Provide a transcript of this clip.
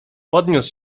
podniósł